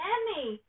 Emmy